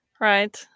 Right